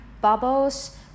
bubbles